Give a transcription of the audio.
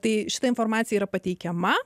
tai šita informacija yra pateikiama